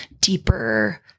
deeper